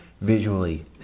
visually